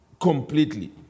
completely